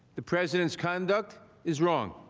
the president's conduct is wrong.